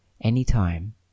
anytime